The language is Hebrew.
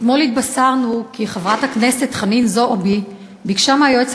אתמול התבשרנו כי חברת הכנסת חנין זועבי ביקשה מהיועץ